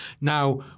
Now